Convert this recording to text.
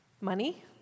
Money